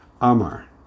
amar